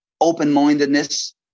open-mindedness